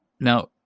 Now